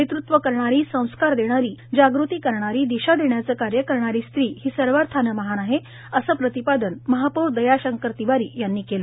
नेतृत्व करणारी संस्कार देणारी जागृती करणारी दिशा देण्याचे कार्य करणारी स्त्री ही सर्वार्थाने महान आहे असे प्रतिपादन महापौर द्याशंकर तिवारी यांनी केले